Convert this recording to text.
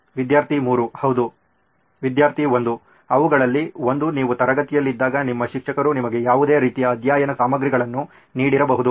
ವಿದ್ಯಾರ್ಥಿ 3 ಹೌದು ವಿದ್ಯಾರ್ಥಿ 1 ಅವುಗಳಲ್ಲಿ ಒಂದು ನೀವು ತರಗತಿಯಲ್ಲಿದ್ದಾಗ ನಿಮ್ಮ ಶಿಕ್ಷಕರು ನಿಮಗೆ ಯಾವುದೇ ರೀತಿಯ ಅಧ್ಯಯನ ಸಾಮಗ್ರಿಗಳನ್ನು ನೀಡಿರಬಹುದು